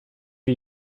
wie